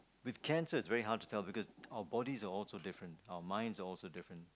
with cancer it's very hard to tell because our bodies are all so different mine's also very different